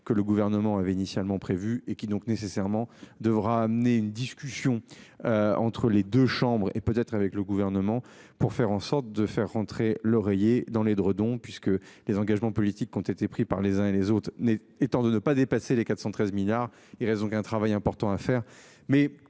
que le gouvernement avait initialement prévu et qui donc nécessairement devra amener une discussion. Entre les deux chambres et peut être avec le gouvernement pour faire en sorte de faire rentrer l'oreiller dans l'édredon puisque les engagements politiques qui ont été pris par les uns et les autres étant de ne pas dépasser les 413 milliards. Il reste donc un travail important à faire,